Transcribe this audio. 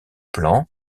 plan